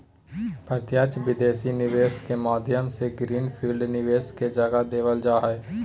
प्रत्यक्ष विदेशी निवेश के माध्यम से ग्रीन फील्ड निवेश के जगह देवल जा हय